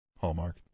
Hallmark